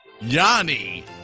Yanni